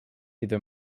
either